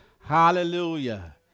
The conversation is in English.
Hallelujah